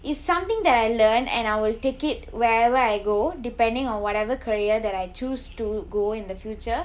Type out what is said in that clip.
it's something that I learnt and I will take it wherever I go depending on whatever career that I choose to go in the future